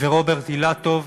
ורוברט אילטוב,